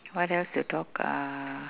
what else to talk ah